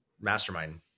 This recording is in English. mastermind